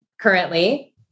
currently